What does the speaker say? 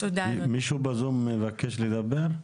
מישהו בזום מבקש לדבר?